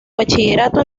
bachillerato